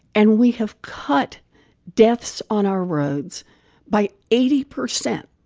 and we have cut deaths on our roads by eighty percent.